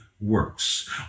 works